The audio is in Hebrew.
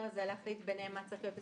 הזה להחליט ביניהם מה צריך להיות.